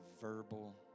verbal